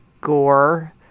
gore